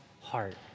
heart